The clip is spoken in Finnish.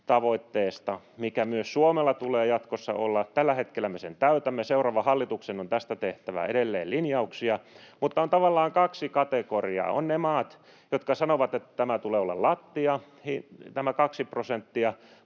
tavoitteesta, mikä myös Suomella tulee jatkossa olla: Tällä hetkellä me sen täytämme, seuraavan hallituksen on tästä tehtävä edelleen linjauksia. Mutta on tavallaan kaksi kategoriaa: on ne maat, jotka sanovat, että tämän kaksi prosenttia